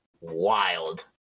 wild